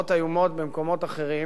לזוועות איומות במקומות אחרים,